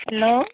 hello